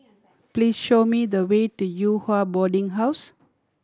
please show me the way to Yew Hua Boarding House